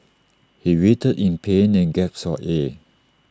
he writhed in pain and gasped for air